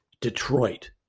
Detroit